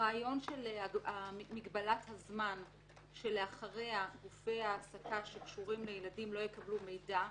הרעיון של מגבלת הזמן שאחריה גופי העסקה שקשורים לילדים לא יקבלו מידע,